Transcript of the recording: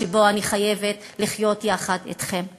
שבה אני חייבת לחיות יחד אתכם.